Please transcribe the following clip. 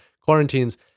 quarantines